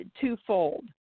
twofold